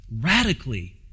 radically